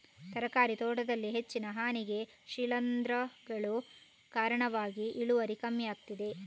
ತರಕಾರಿ ತೋಟದಲ್ಲಿ ಹೆಚ್ಚಿನ ಹಾನಿಗೆ ಶಿಲೀಂಧ್ರಗಳು ಕಾರಣವಾಗಿ ಇಳುವರಿ ಕಮ್ಮಿ ಆಗ್ತದೆ